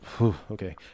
okay